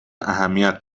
اهمیت